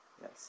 yes